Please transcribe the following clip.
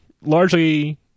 largely